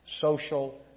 social